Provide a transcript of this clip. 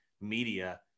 media